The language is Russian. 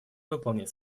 выполнять